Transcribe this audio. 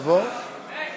(הוראות לעניין